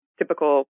typical